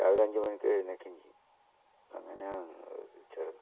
രാവിലെ അഞ്ച് മണിക്ക് എഴുന്നേക്കുകയും ചെയ്യും അങ്ങനെയാണ്